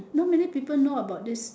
not many people know about this